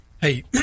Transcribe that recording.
Hey